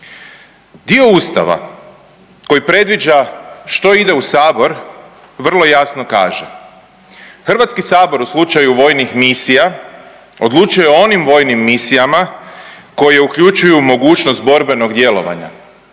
Dio ustava koji predviđa što ide u sabor vrlo jasno kaže, HS u slučaju vojnih misija odlučuje o onim vojnim misijama koje uključuju mogućnost borbenog djelovanja,